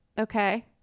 Okay